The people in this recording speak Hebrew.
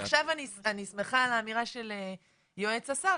עכשיו אני שמחה על האמירה של יועץ השר,